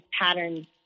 patterns